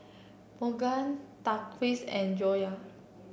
Bunga Thaqif's and Joyah